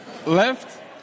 Left